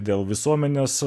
dėl visuomenės